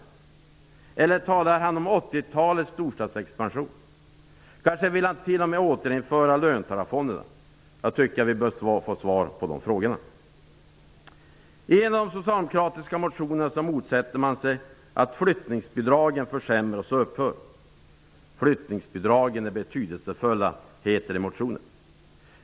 Eller talar han om 80-talets storstadsexpansion? Kanske vill han t.o.m. återinföra löntagarfonderna? Vi bör få svar på de frågorna. I en av de socialdemokratiska motionerna motsätter man sig att flyttningsbidragen försämras och upphör. Flyttningsbidragen är betydelsefulla, heter det i motionen.